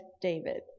David